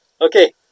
Okay